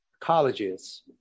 colleges